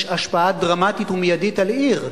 יש השפעה דרמטית ומיידית על עיר,